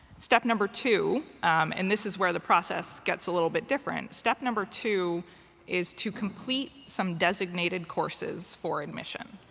step number two and this is where the process gets a little bit different. step number two is to complete some designated courses for admission.